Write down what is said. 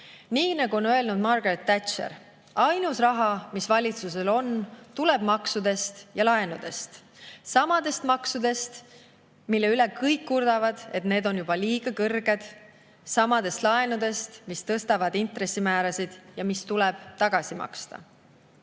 Nii nagu on öelnud Margaret Thatcher, et ainus raha, mis valitsusel on, tuleb maksudest ja laenudest – samadest maksudest, mille üle kõik kurdavad, et need on juba liiga kõrged, samadest laenudest, mis tõstavad intressimäärasid ja mis tuleb tagasi maksta.